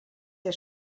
der